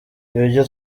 ibyo